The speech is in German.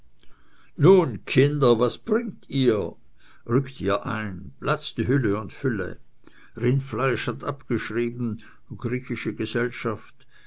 nun kinder was bringt ihr rückt hier ein platz die hülle und fülle rindfleisch hat abgeschrieben griechische gesellschaft